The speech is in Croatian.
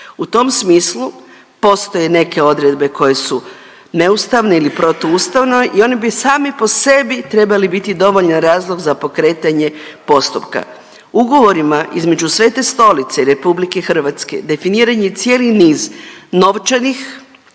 U tom smislu postoje neke odredbe koje su neustavne ili protuustavne i one bi same po sebi trebale biti dovoljan razlog za pokretanje postupka. Ugovorima između Svete Stolice i RH definiran je cijeli niz novčanih,